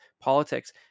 politics